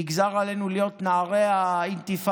נגזר עלינו בגולני להיות נערי האינתיפאדה,